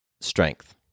strength